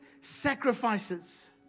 sacrifices